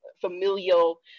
familial